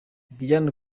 diane